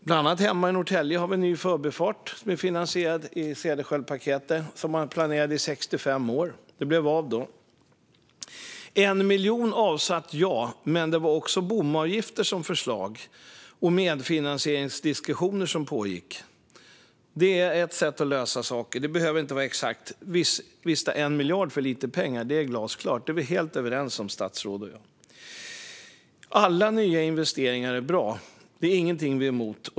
Bland annat hemma i Norrtälje har vi en ny förbifart som är finansierad genom Cederschiöldpaketet. Den planerade man för i 65 år, och då blev den av. Det avsattes 1 miljard, ja. Men det fanns också förslag om bomavgifter, och det pågick diskussioner om medfinansiering. Detta är ett sätt att lösa saker. Visst är 1 miljard för lite pengar; det är vi helt överens om, statsrådet och jag. Alla nya investeringar är bra. Det är ingenting vi är emot.